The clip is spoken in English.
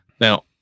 Now